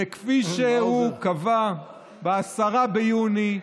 וכפי שהוא קבע ב-10 ביוני,